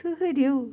ٹھٔہرِو